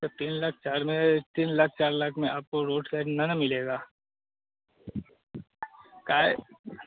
ता तीन लाख चार में तीन लाख चार लाख में आपको रोड साइड नाना मिलेगा काहे